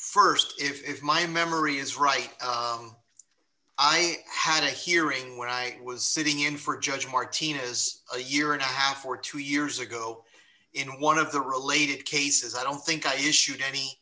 first if my memory is right i had a hearing when i was sitting in for judge martinez a year and a half or two years ago in one of the related cases i don't think i issued any